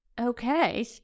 okay